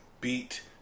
beat